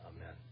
Amen